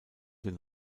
den